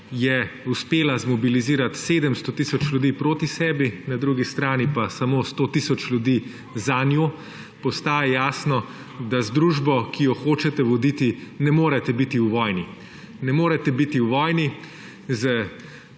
je uspela zmobilizirati 700 tisoč ljudi proti sebi, na drugi strani pa samo 100 tisoč ljudi za njo, postaja jasno, da z družbo, ki jo hoče voditi, ne more biti v vojni. Ne morete biti v vojni s